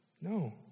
No